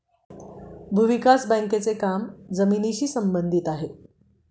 भूविकास बँकेचे काम जमिनीशी संबंधित आहे